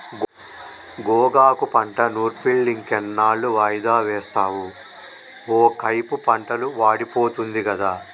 గోగాకు పంట నూర్పులింకెన్నాళ్ళు వాయిదా వేస్తావు ఒకైపు పంటలు వాడిపోతుంది గదా